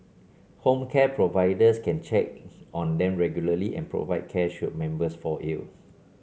home care providers can check on them regularly and provide care should members fall ill